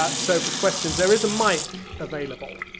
ah so, for questions there is a mic available.